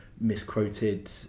misquoted